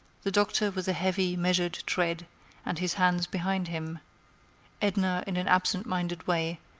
the doctor with a heavy, measured tread and his hands behind him edna, in an absent-minded way,